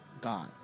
God